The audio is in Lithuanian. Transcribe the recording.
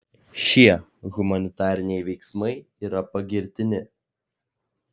šie humanitariniai veiksmai yra pagirtini